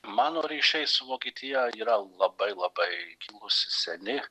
mano ryšiai su vokietija yra labai labai gilūs seni